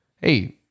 hey